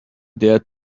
dared